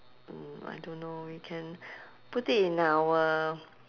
mm I don't know we can put it in our